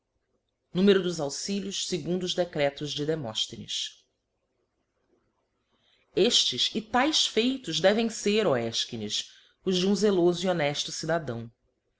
numero dos auxílios segundo os decretos de demosthenes eftes e taes feitos devem fer ó efchines os de um zelofo e honefto cidadão